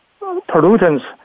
pollutants